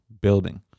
Building